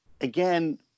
Again